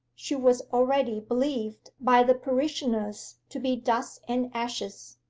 she was already believed by the parishioners to be dust and ashes.